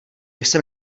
jsem